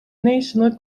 national